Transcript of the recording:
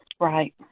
Right